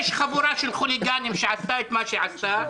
יש חבורה של חוליגנים שעשתה את מה שעשתה,